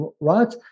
right